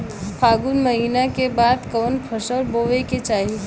फागुन महीना के बाद कवन फसल बोए के चाही?